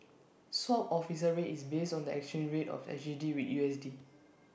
swap offer rate is based on the exchange rate of S G D with U S D